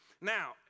Now